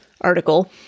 article